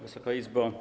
Wysoka Izbo!